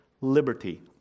liberty